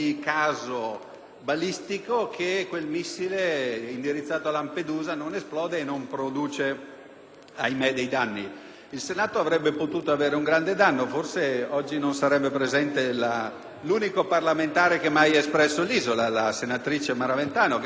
Il Senato ne avrebbe potuto avere un grande danno: forse oggi non sarebbe presente l'unica parlamentare che mai abbia espresso l'isola, la senatrice Maraventano, che ci sembra del resto molto impegnata sul fronte che poi il Trattato oggettivamente affronta.